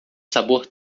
sabor